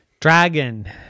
dragon